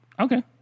Okay